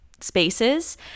spaces